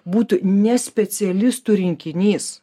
būtų ne specialistų rinkinys